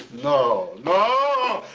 no, no,